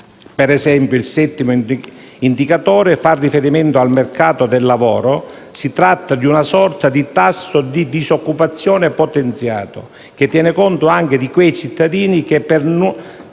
per esempio - fa riferimento al mercato del lavoro. Si tratta di una sorta di tasso di disoccupazione potenziato, che tiene conto anche di quei cittadini che, per quanto